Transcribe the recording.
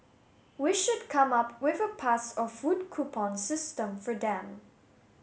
we should come up with a pass or food coupon system for them